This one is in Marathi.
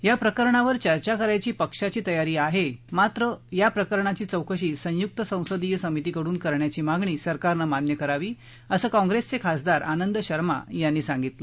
या प्रकरणावर चर्चा करायची पक्षाची तयारी आहे मात्र या प्रकरणाची चौकशी संयुक्त संसदीय समितीकडून करण्याची मागणी सरकारन मान्य करावी असं काँग्रेसचे खासदार आनंद शर्मा यांनी सांगितलं